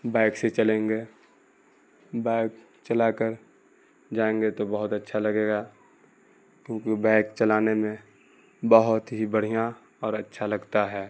bike سے چلیں گے بائک چلا کر جائیں گے تو بہت اچھا لگے گا کیونکہ بائک چلانے میں بہت ہی بڑھیا اور اچھا لگتا ہے